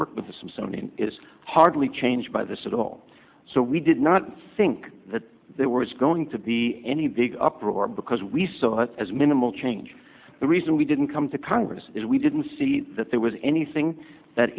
work with the some sony is hardly changed by this at all so we did not think that there was going to be any big uproar because we saw it as minimal change the reason we didn't come to congress is we didn't see that there was anything